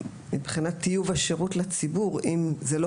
מבחינת טיוב השירות לציבור אם זה לא